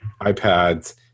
iPads